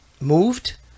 moved